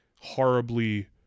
horribly